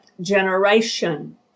generation